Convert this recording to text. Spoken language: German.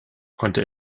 konnte